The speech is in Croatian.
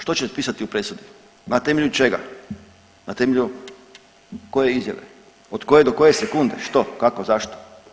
Što će pisati u presudi, na temelju čega, na temelju koje izjave, od koje do koje sekunde, što, kako, zašto?